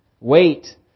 Wait